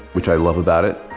which i love about it.